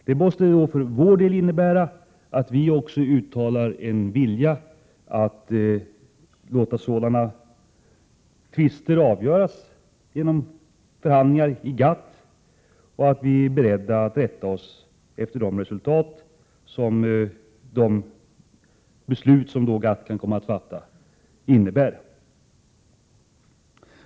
Det måste innebära att vi uttalar vår vilja att låta sådana tvister avgöras genom förhandlingar i GATT och att vi är beredda att rätta oss efter resultaten av de beslut som GATT fattar.